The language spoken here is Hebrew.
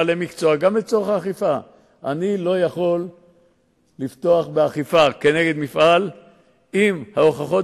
בשנים האחרונות טוענים נגדנו שהתקציב שלנו